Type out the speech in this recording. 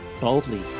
boldly